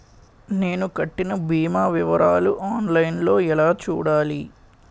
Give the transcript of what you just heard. నేను కట్టిన భీమా వివరాలు ఆన్ లైన్ లో ఎలా చూడాలి?